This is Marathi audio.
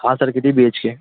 हां सर किती बी एच के